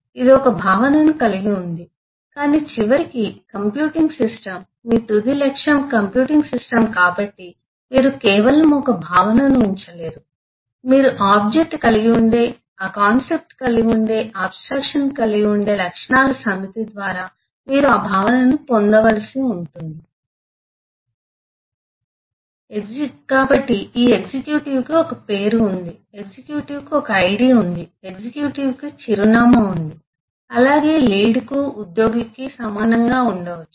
ఇది ఒక భావనను కలిగి ఉంది కాని చివరికి కంప్యూటింగ్ సిస్టమ్ మీ తుది లక్ష్యం కంప్యూటింగ్ సిస్టమ్ కాబట్టి మీరు కేవలం ఒక భావనను ఉంచలేరు మీరు ఆబ్జెక్ట్ కలిగివుండే ఆ కాన్సెప్ట్ కలిగివుండే ఆబ్స్ ట్రాక్షన్ కలిగివుండే లక్షణాల సమితి ద్వారా మీరు ఆ భావనను పొందవలసి ఉంటుంది కాబట్టి ఈ ఎగ్జిక్యూటివ్కు ఒక పేరు ఉంది ఎగ్జిక్యూటివ్కు ఒక ఐడి ఉంది ఎగ్జిక్యూటివ్కు చిరునామా ఉంది అలాగే లీడ్కు ఉద్యోగికి సమానంగా ఉండవచ్చు